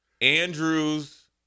Andrews